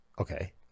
Okay